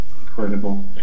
incredible